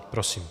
Prosím.